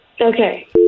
Okay